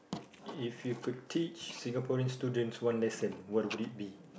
if you could teach Singaporean students one lesson what would it be